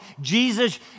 Jesus